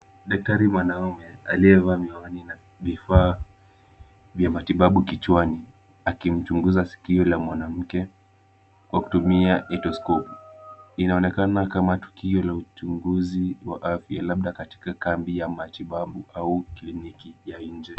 Daktari mwanamume aliyevaa miwani na vifaa vya matibabu kichwani akimchunguza sikio la mwanamke kwa kutumia etoskopu . Inaonekana kama tukio la uchunguzi wa afya labda katika kambi ya matibabu au kliniki ya nje.